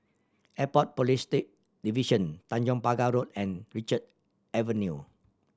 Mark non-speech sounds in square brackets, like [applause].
Airport Police [unintelligible] Division Tanjong Pagar Road and Richard Avenue